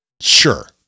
sure